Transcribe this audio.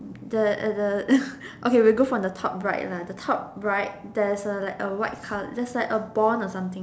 the at the okay we go from the top right lah the top right there's a like a white colour there's like a bond or something